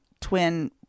twin